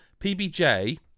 PBJ